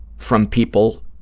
from people